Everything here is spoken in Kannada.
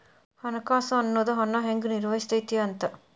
ಹಣಕಾಸು ಅನ್ನೋದ್ ಹಣನ ಹೆಂಗ ನಿರ್ವಹಿಸ್ತಿ ಅಂತ